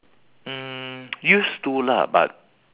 mm used to lah but